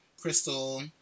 Crystal